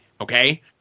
okay